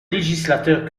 législateur